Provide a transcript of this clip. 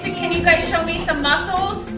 can you guys show me some muscles.